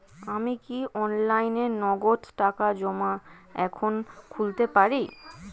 আমি কি অনলাইনে নগদ টাকা জমা এখন খুলতে পারি?